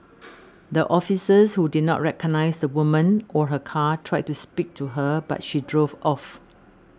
the officers who did not recognise the woman or her car tried to speak to her but she drove off